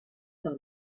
par